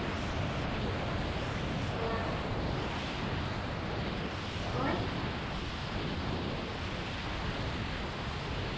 ᱪᱩᱸᱭᱟᱹᱜ ᱢᱮᱱᱟᱜ ᱛᱟᱠᱚᱣᱟ ᱦᱳᱭ